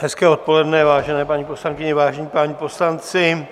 Hezké odpoledne, vážené paní poslankyně, vážení páni poslanci.